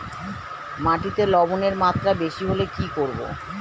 মাটিতে লবণের মাত্রা বেশি হলে কি করব?